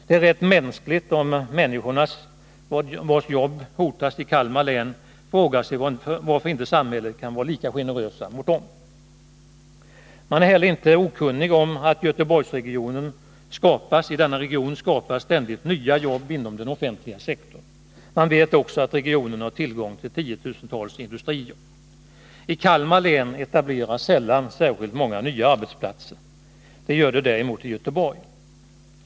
Det är rätt naturligt om människor, vilkas jobb hotas i Kalmar län, frågar sig varför samhället inte kan vara lika generöst mot dem. Man är heller inte okunnig om att i Göteborgsregionen ständigt skapas nya jobb inom den offentliga sektorn. Man vet också att regionen har tillgång till 10 000-tals industrijobb. I Kalmar län etableras sällan särskilt många nya arbetsplatser. Det gör det däremot i Göteborg.